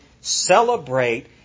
celebrate